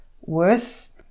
worth